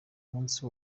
umunsi